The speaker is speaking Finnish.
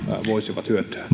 voisivat hyötyä